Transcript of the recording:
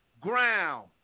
ground